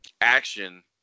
action